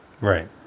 Right